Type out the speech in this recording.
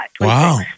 Wow